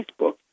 Facebook